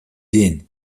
день